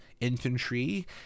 infantry